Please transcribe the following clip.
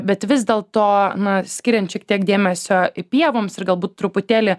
bet vis dėl to na skiriant šiek tiek dėmesio pievoms ir galbūt truputėlį